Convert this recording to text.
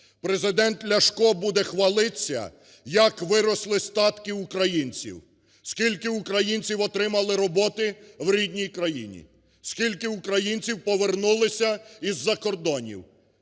Президент Ляшко буде хвалиться, як виросли статки українців, скільки українців отримали роботи в рідній країні, скільки українців повернулися із-за кордонів,